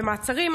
במעצרים,